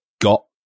got